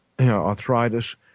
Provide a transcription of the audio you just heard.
arthritis